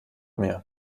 mir